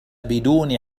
بدون